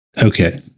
Okay